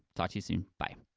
talk to you soon, bye.